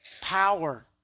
power